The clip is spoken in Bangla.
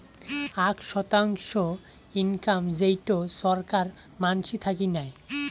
আক শতাংশ ইনকাম যেইটো ছরকার মানসি থাকি নেয়